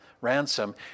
ransom